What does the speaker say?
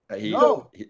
No